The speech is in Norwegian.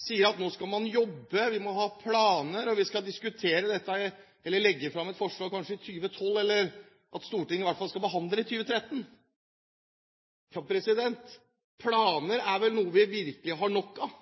sier at nå skal man jobbe, vi må ha planer, og vi skal diskutere dette eller legge fram et forslag, kanskje i 2012, eller at Stortinget i hvert fall skal behandle det i 2013. Planer er vel noe vi virkelig har nok av.